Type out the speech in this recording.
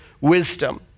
wisdom